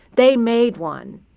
they made one.